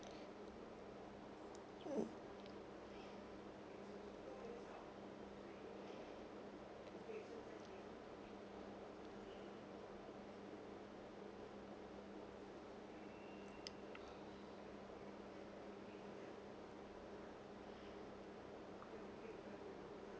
mm